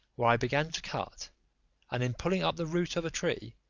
where i began to cut and in pulling up the root of a tree,